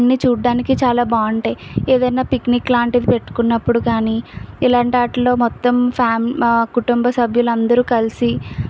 అన్నీ చూడడానికి చాలా బాగుంటాయి ఏదైనా పిక్నిక్ లాంటిది పెట్టుకున్నప్పుడు గానీ ఇలాంటి వాటిల్లో మొత్తం ఫ్యామ్ ఆ కుటుంబ సభ్యులందరూ కలిసి